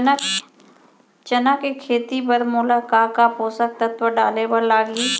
चना के खेती बर मोला का का पोसक तत्व डाले बर लागही?